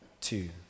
two